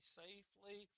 safely